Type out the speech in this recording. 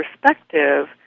perspective